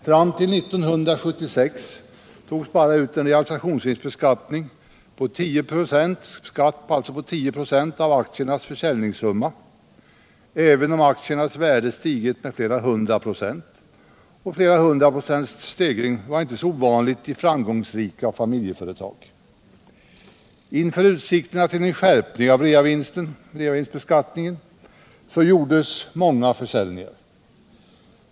Fram till 1976 togs bara ut en realisationsvinstbeskattning på 10 96 av aktiernas försäljningssumma, även om aktiernas värde stigit med flera hundra procent som inte var ovanligt i framgångsrika familjeföretag. Inför utsikterna till skärpning av reavinstbeskattningen gjordes många försäljningar.